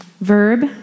verb